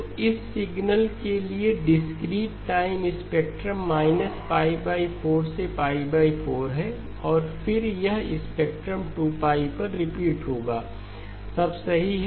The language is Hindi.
तो इस सिग्नल के लिए डिस्क्रीट टाइम स्पेक्ट्रम -π 4 से π 4 है और फिर यह स्पेक्ट्रम 2π पर रिपीट होगा सब सही है